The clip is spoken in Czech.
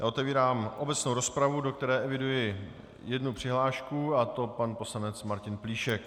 Otevírám obecnou rozpravu, do které eviduji jednu přihlášku, a to pan poslanec Martin Plíšek.